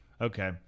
Okay